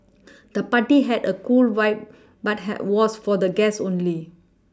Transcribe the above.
the party had a cool vibe but had was for guests only